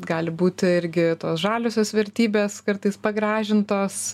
gali būti irgi tos žaliosios vertybės kartais pagražintos